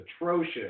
atrocious